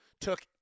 took